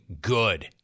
good